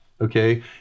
Okay